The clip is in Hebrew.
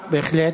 התנועה, בהחלט.